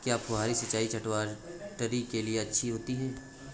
क्या फुहारी सिंचाई चटवटरी के लिए अच्छी होती है?